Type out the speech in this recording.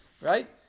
Right